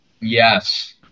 Yes